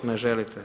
Ne želite.